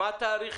מה התאריך,